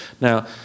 Now